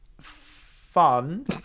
fun